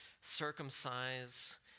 circumcise